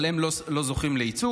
אבל הם לא זוכים לייצוג,